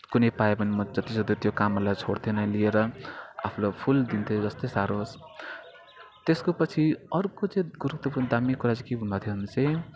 कुनै पायो भने म जतिसक्दो त्यो कामहरूलाई छोड्थिनँ लिएर आफुलाई फुल दिन्थेँ जस्तै साह्रो होस् त्यसको पछि अर्को चाहिँ गुरुदेखि दामी कुरा के भन्नु भएको थियो भन्दा चाहिँ